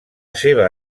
seva